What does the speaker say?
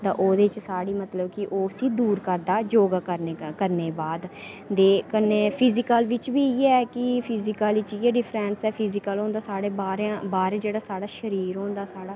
ता ओह्दे च साहढ़ी मतलब कि उसी करदा जोगा करने दे बाद ते कन्ने फिजिकल बिच्च बी इ'यै की फिजिकल बिच्च इ'यै डिफ्रैंस ऐ फिजिकल होंदा साढ़े बाहरें बाहर जेह्ड़ा साढ़ा शरीर होंदा साढ़ा